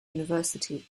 university